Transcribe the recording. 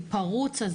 פרוץ,